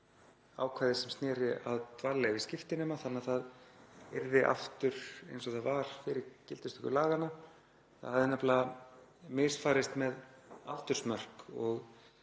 ákvæðið sem sneri að dvalarleyfi skiptinema þannig að það yrði aftur eins og það var fyrir gildistöku laganna. Það hafði nefnilega misfarist með aldursmörk og